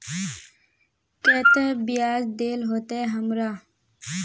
केते बियाज देल होते हमरा?